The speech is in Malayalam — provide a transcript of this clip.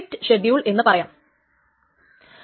ഇത് ഡെഡ്ലോക്ക് ഫ്രീ ആണ്